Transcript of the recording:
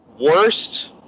Worst